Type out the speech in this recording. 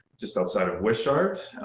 just outside of wishart,